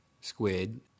squid